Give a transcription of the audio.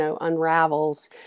unravels